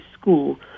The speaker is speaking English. school